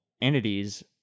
entities